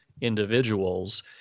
individuals